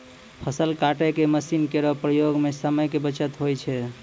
फसल काटै के मसीन केरो प्रयोग सें समय के बचत होय छै